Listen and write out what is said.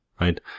right